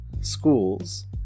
schools